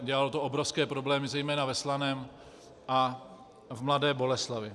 Dělalo to obrovské problémy zejména ve Slaném a v Mladé Boleslavi.